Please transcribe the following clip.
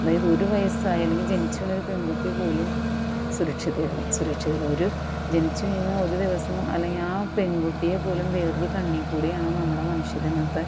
അതായത് ഒര് വയസായ അല്ലെങ്കിൽ ജനിച്ച് വീണ ഒര് പെൺകുട്ടി പോലും സുരക്ഷിതയല്ല സുരക്ഷിതരല്ല ഒരു ജനിച്ചുവീണ ഒരുദിവസം അല്ലെങ്കിൽ ആ പെൺകുട്ടിയെപ്പോലും വേറൊരു കണ്ണിൽ കൂടെയാണ് നമ്മുടെ മനുഷ്യർ ഇന്നത്തെ